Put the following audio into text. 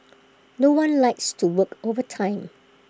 no one likes to work overtime